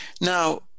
Now